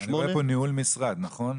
198. אני רואה פה ניהול משרד, נכון?